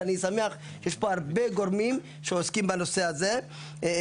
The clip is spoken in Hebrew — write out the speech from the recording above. ואני שמח שיש פה הרבה גורמים שעוסקים בנושא הזה.